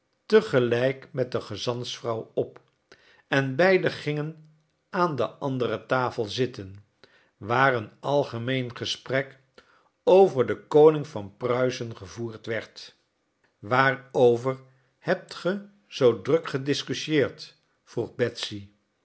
te gelijk met de gezantsvrouw op en beiden gingen aan de andere tafel zitten waar een algemeen gesprek over den koning van pruisen gevoerd werd waarover hebt ge zoo druk gediscuteerd vroeg